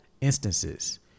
instances